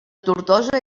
tortosa